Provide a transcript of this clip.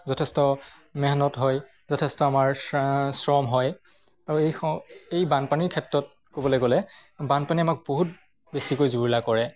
যথেষ্ট মেহনত হয় যথেষ্ট আমাৰ শ্ৰম হয় আৰু এই বানপানীৰ ক্ষেত্ৰত ক'বলৈ গ'লে বানপানীয়ে আমাক বহুত বেছিকৈ জুৰুলা কৰে